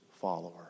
follower